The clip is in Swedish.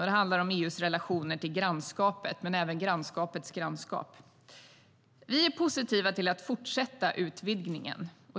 Det handlar om EU:s relationer till grannskapet och även grannskapets grannskap. Vi är positiva till att fortsätta utvidgningen.